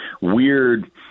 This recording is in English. weird